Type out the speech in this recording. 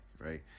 Right